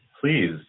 please